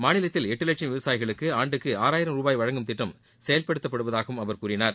மாநிலத்தில் எட்டு வட்சம் விவசாயிகளுக்கு ஆண்டுக்கு ஆறாயிரம் ரூபாய் வழங்கும் திட்டம் செயல்படுத்தப்படுவதாகவும் அவர் கூறினார்